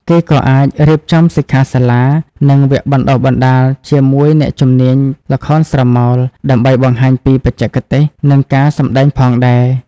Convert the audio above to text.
គេក៏អាចរៀបចំសិក្ខាសាលា និងវគ្គបណ្តុះបណ្តាលជាមួយអ្នកជំនាញល្ខោនស្រមោល ដើម្បីបង្ហាញពីបច្ចេកទេស និងការសម្តែងផងដែរ។